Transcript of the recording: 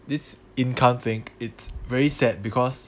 this income thing it's very sad because